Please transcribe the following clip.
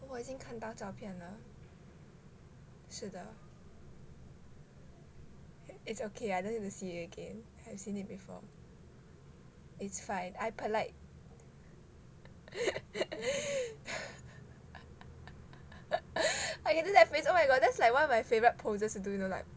我已经看到照片了是的 it's okay I don't need to see it again have seen it before it's fine I polite I can do that face oh my god that's like one of my favorite poses to do you know like